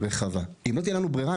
ברור,